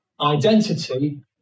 identity